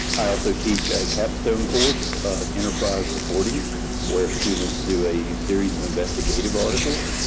i also teach a capstone course of enterprise reporting where students do a series of investigative articles.